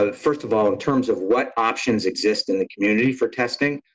ah first of all, in terms of what options exist in the community for testing,